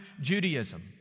Judaism